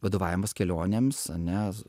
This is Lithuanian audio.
vadovavimas kelionėms ane